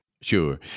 Sure